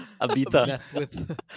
Abita